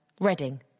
Reading